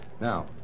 Now